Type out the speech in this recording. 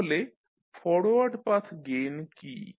তাহলে forward path gain কী